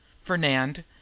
Fernand